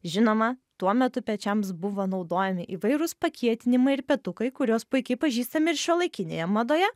žinoma tuo metu pečiams buvo naudojami įvairūs pakietinimai ir petukai kuriuos puikiai pažįstame ir šiuolaikinėje madoje